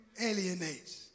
alienates